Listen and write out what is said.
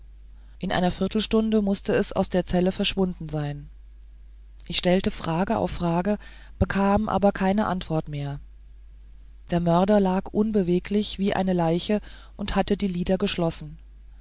in einer viertelstunde mußte es aus der zelle verschwunden sein ich stellte frage auf frage bekam aber keine antwort mehr der mörder lag unbeweglich da wie eine leiche und hatte die lider geschlossen